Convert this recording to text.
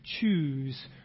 choose